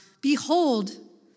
behold